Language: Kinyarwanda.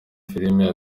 filime